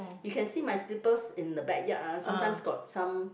you can see my slippers in the backyard ah sometimes got some